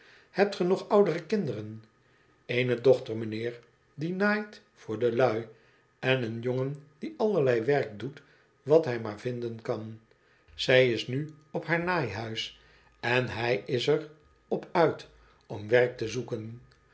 hebt ge nog oudere kinderen eene dochter mijnheer die naait voor de lui en een jongen die allerlei werk doet wat hij maar vinden kan zij is nu op haar naaihuis en hij is er op uit om werk te zoeken